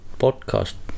podcast